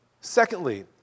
Secondly